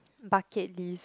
bucket list